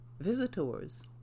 visitors